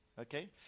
Okay